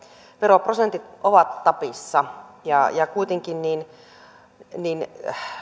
veroprosentit ovat tapissa ja ja kuitenkin